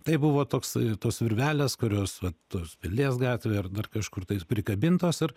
tai buvo toks tos virvelės kurios vat tos pilies gatvėj ar dar kažkur tais prikabintos ir